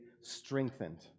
strengthened